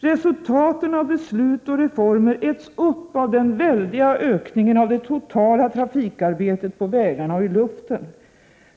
Resultaten av beslut och reformer äts upp av den väldiga ökningen av det totala trafikarbetet på vägarna och i luften.